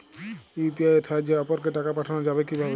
UPI এর সাহায্যে অপরকে টাকা পাঠানো যাবে কিভাবে?